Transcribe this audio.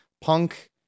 punk